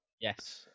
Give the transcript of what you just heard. Yes